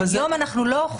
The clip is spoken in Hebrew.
היום אנחנו לא אוכפים.